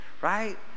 right